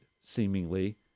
seemingly